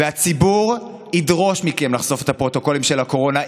והציבור ידרוש מכם לחשוף את הפרוטוקולים של הקורונה.